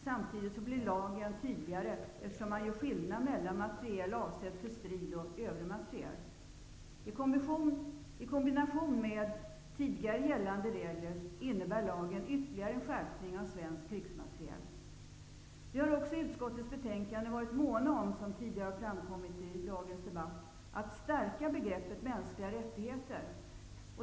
Samtidigt blir lagen tydligare eftersom man gör skillnad mellan materiel avsedd för strid och övrig materiel. I kombination med tidigare gällande regler innebär lagen ytterligare en skärpning av svensk krigsmateriel. Vi har också i utskottets betänkande varit måna om, vilket tidigare har framkommit i dagens debatt, att stärka begreppet mänskliga rättigheter.